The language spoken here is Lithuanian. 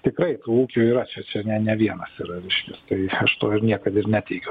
tikrai tų ūkių yra čia čia ne ne vienas yra reiškias tai aš to ir niekad ir neteigiau